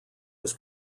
his